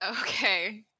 Okay